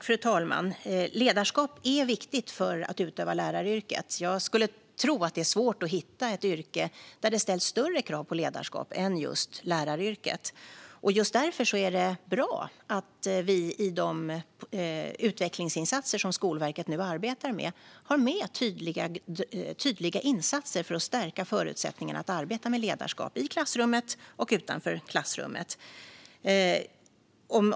Fru talman! Ledarskap är viktigt för att utöva läraryrket. Jag skulle tro att det är svårt att hitta ett annat yrke än läraryrket där det ställs större krav på ledarskap. Just därför är det bra att det i de utvecklingsinsatser som Skolverket nu arbetar med finns tydliga förslag för att stärka förutsättningarna att arbeta med ledarskap i och utanför klassrummet.